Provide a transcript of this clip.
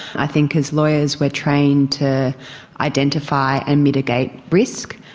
i think as lawyers we are trained to identify and mitigate risk,